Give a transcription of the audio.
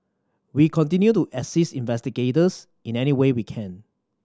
we continue to assist investigators in any way we can